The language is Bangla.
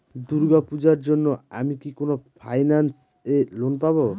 দূর্গা পূজোর জন্য আমি কি কোন ফাইন্যান্স এ লোন পাবো?